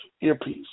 earpiece